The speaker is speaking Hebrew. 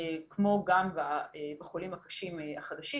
כמו בחולים הקשים החדשים.